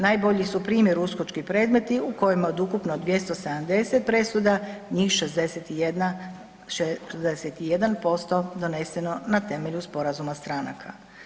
Najbolji su primjeri uskočki predmeti u kojima od ukupno 270 presuda, njih 61% doneseno na temelju sporazuma stranaka.